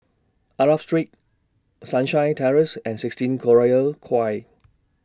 Arab Street Sunshine Terrace and sixteen Collyer Quay